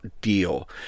deal